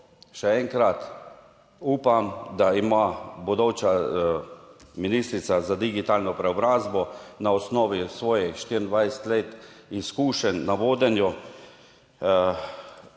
še enkrat upam, da ima bodoča ministrica za digitalno preobrazbo na osnovi svojih 24 let izkušenj na vodenju